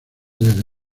desde